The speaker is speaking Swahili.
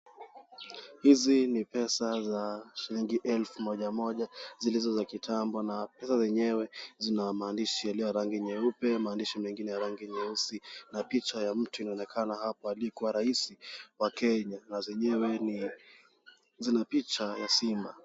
Hizi ni pesa za shilingi elfu moja moja zilizo za kitambo na pesa zenyewe zina maandishi yaliyo ya rangi nyeupe maandishi mengine ya rangi nyeusi na picha ya mtu inaonekana hapa imeandikwa rais wa Kenya na zenyewe zina picha ya simba.